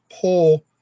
pull